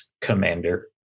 Commander